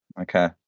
Okay